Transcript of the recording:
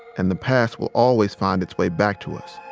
and the past will always find its way back to us